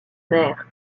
mer